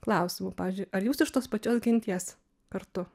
klausimų pavyzdžiui ar jūs iš tos pačios genties kartu